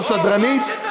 או סדרנית?